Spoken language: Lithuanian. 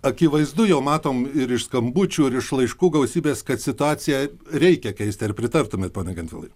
akivaizdu jau matom ir iš skambučių ir iš laiškų gausybės kad situaciją reikia keisti ar pritartumėt pone gentvilai